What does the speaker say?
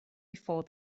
before